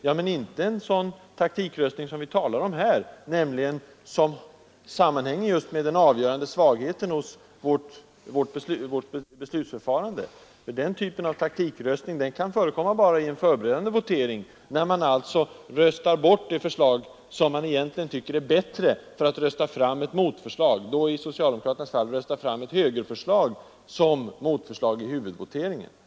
Ja, men det är inte en sådan taktikröstning som vi talar om här, utan här talar vi om den, som är den avgörande svagheten i vårt beslutsförfarande. Den typen av taktikröstning kan förekomma bara i förberedande votering, när man alltså röstar bort det förslag som man egentligen tycker är bättre för att rösta fram ett motförslag — då socialdemokraterna t.ex. röstar fram ett moderatförslag som motförslag i huvudvoteringen.